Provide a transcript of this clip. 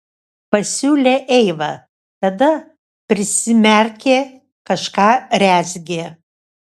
pasiūlė eiva tada prisimerkė kažką rezgė